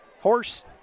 horse